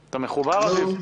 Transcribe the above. מחובר?